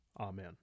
Amen